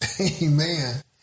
Amen